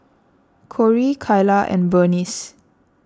Corie Kyla and Burnice